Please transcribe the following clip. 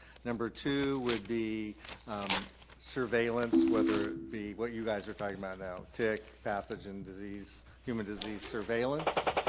number two would be surveillance, whether it be what you guys are talking about now, tick, pathogen, disease, human disease, surveillance.